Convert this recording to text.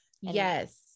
Yes